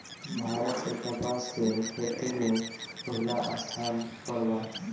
भारत के कपास के खेती में पहिला स्थान पर बा